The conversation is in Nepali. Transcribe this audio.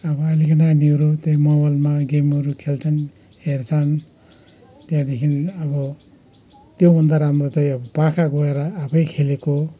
अब अहिलेको नानीहरू त्यही मोबाइलमा गेमहरू खेल्छन् हेर्छन् त्यहाँदेखि अब त्योभन्दा राम्रो चाहिँ पाखा गएर आफै खेलेको